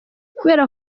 kubera